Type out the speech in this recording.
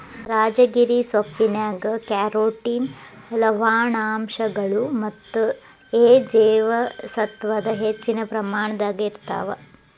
ರಾಜಗಿರಿ ಸೊಪ್ಪಿನ್ಯಾಗ ಕ್ಯಾರೋಟಿನ್ ಲವಣಾಂಶಗಳು ಮತ್ತ ಎ ಜೇವಸತ್ವದ ಹೆಚ್ಚಿನ ಪ್ರಮಾಣದಾಗ ಇರ್ತಾವ